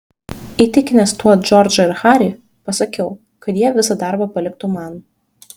įtikinęs tuo džordžą ir harį pasakiau kad jie visą darbą paliktų man